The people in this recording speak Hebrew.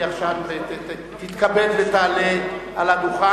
גברתי תתכבד ותעלה על הדוכן,